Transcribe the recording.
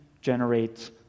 generates